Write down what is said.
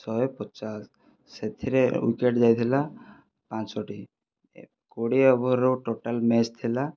ଶହେ ପଚାଶ ସେଥିରେ ଉଇକେଟ ଯାଇଥିଲା ପାଞ୍ଚୋଟି କୋଡ଼ିଏ ଓଭରରୁ ଟୋଟାଲ ମ୍ୟାଚ ଥିଲା